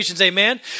Amen